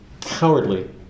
cowardly